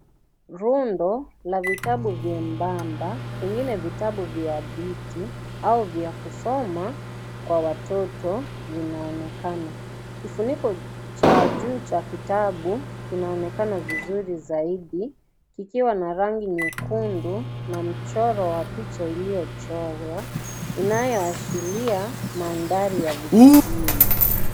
Rundo la vitabu vyembamba, vingine vitabu vya hadithi, au vya kusoma kwa watoto vinaonekana. Kifuniko cha juu cha vitabu vinaonekana vbizuri zaidi kikiwa na rangi nyekungu na mchoro wa picha iliochorwa, inayoashilia mandari ya vijijini.